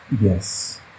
Yes